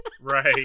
Right